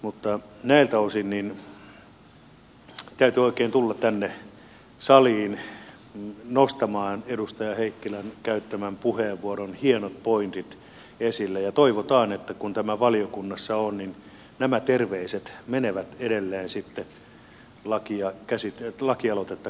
mutta näiltä osin täytyi oikein tulla tänne saliin nostamaan edustaja heikkilän käyttämän puheenvuoron hienot pointit esille ja toivotaan että kun tämä valiokunnassa on niin nämä terveiset menevät edelleen sitten lakialoitetta käsiteltäessä eteenpäin